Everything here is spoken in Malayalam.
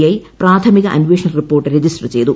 ഐ പ്രാഥമിക അന്വേഷണ റിപ്പോർട്ട് രജിസ്റ്റർ ചെയ്തു